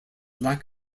lack